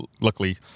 luckily